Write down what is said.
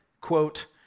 quote